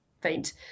faint